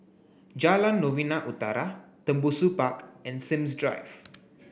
Jalan Novena Utara Tembusu Park and Sims Drive